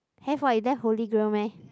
have what you there Holy Grail meh